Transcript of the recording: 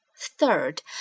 Third